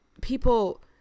people